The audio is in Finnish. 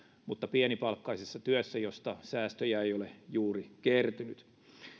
mutta pienipalkkaisessa työssä josta säästöjä ei ole juuri kertynyt